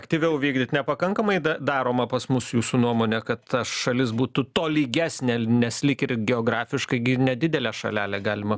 aktyviau vykdyt nepakankamai daroma pas mus jūsų nuomone kad ta šalis būtų tolygesnė nes lyg ir geografiškai gi ir nedidelę šalelę galima